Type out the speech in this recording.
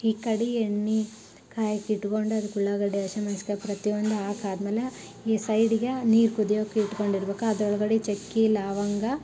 ಈ ಕಡೆ ಎಣ್ಣೆ ಕಾಯೋಕೆ ಇಟ್ಕೊಂಡು ಅದಕ್ಕೆ ಉಳ್ಳಾಗಡ್ಡಿ ಹಸಿ ಮೆಣ್ಸಿನ್ಕಾಯಿ ಪ್ರತಿಯೊಂದು ಹಾಕಿ ಆದ್ಮೇಲೆ ಈ ಸೈಡಿಗೆ ನೀರು ಕುದಿಯೋಕೆ ಇಟ್ಕೊಂಡು ಇರ್ಬೇಕು ಅದ್ರ ಒಳಗಡೆ ಚಕ್ಕೆ ಲವಂಗ